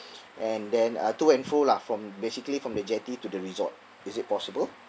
and then uh to and fro lah from basically from the jetty to the resort is it possible